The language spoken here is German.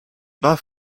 war